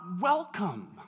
welcome